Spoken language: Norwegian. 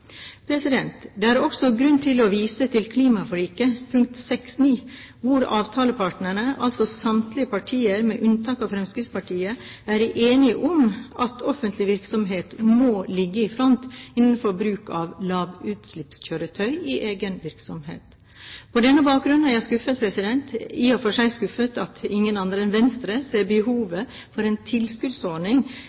er også grunn til å vise til klimaforliket punkt 6.9, hvor avtalepartnerne – samtlige partier med unntak av Fremskrittspartiet – er enige om at «offentlige virksomheter må ligge i front innen bruk av lavutslippskjøretøy i egen virksomhet». På denne bakgrunn er jeg i og for seg skuffet over at ingen andre enn Venstre ser behovet for en tilskuddsordning,